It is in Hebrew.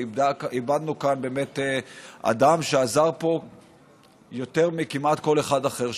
איבדנו כאן אדם שעזר כמעט יותר מכל אחד אחר שהיה.